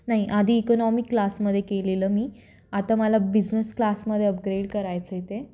नाही आधी इकनॉमी क्लासमध्ये केलेलं मी आता मला बिझनेस क्लासमध्ये अपग्रेड करायचं आहे ते